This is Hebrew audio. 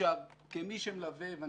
כמי שמלווה את